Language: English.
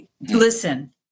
Listen